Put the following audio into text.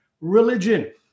religion